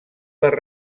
per